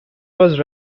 was